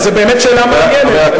זה באמת שאלה מעניינת,